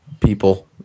people